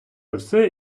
все